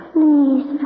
Please